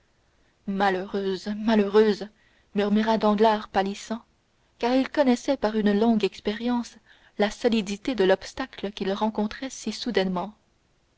malheureuse malheureuse murmura danglars palissant car il connaissait par une longue expérience la solidité de l'obstacle qu'il rencontrait si soudainement